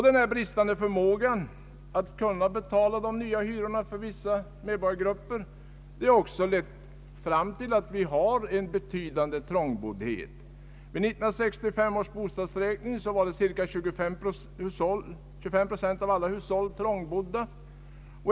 Den bristande förmågan hos vissa medborgargrupper att kunna betala de nya höga hyrorna har också lett fram till en betydande trångboddhet. Enligt 1965 års bostadsräkning var cirka 25 procent av alla hushåll trångbodda.